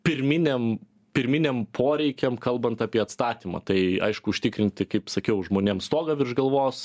pirminiam pirminiam poreikiam kalbant apie atstatymą tai aišku užtikrinti kaip sakiau žmonėms stogą virš galvos